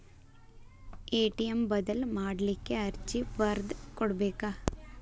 ATM ಬದಲ್ ಮಾಡ್ಲಿಕ್ಕೆ ಅರ್ಜಿ ಬರ್ದ್ ಕೊಡ್ಬೆಕ